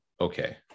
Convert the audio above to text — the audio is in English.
Okay